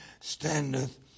standeth